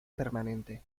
permanente